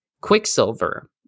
Quicksilver